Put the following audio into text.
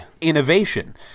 innovation